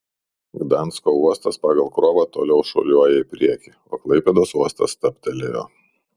gdansko uostas pagal krovą toliau šuoliuoja į priekį o klaipėdos uostas stabtelėjo